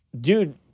dude